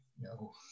No